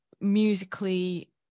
musically